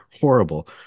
horrible